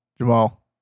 Jamal